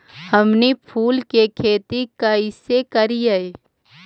हमनी फूल के खेती काएसे करियय?